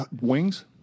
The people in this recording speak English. Wings